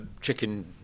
chicken